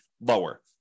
lower